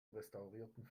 restaurierten